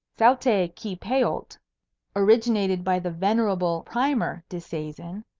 saute qui peult, originated by the venerable primer disseisin,